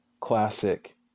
classic